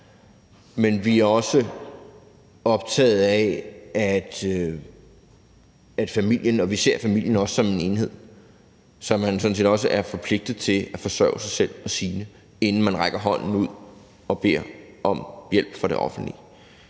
men vi er også optaget af, at man i familien, for vi ser også familien som en enhed, sådan set også er forpligtet til at forsørge sig selv og sine, inden man rækker hånden ud og beder om hjælp fra det offentlige.